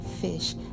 fish